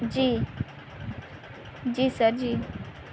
جی جی سر جی